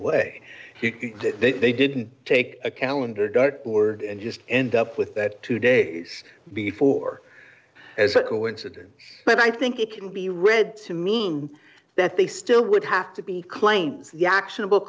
way that they didn't take a calendar dart board and just end up with that two days before as a coincidence but i think it can be read to mean that they still would have to be claims the actionab